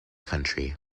country